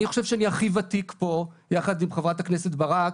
אני חושב שאני הכי ותיק פה יחד עם חברת הכנסת ברק,